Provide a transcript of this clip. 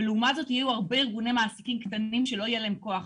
ולעומת זאת יהיו הרבה ארגוני מעסיקים קטנים שלא יהיה להם כוח.